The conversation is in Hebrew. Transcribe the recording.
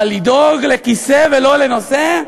אבל לדאוג לכיסא ולא לנושא,